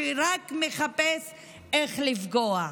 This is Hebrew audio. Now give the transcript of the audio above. שרק מחפש איך לפגוע.